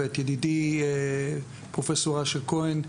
ואת ידידי פרופ' אשר כהן,